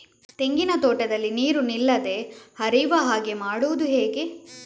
ತೆಂಗಿನ ತೋಟದಲ್ಲಿ ನೀರು ನಿಲ್ಲದೆ ಹರಿಯುವ ಹಾಗೆ ಮಾಡುವುದು ಹೇಗೆ?